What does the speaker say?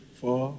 four